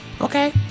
Okay